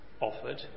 offered